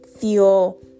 feel